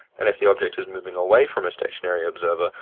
and if the object is moving away from a stationary observer,